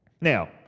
Now